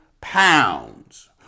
pounds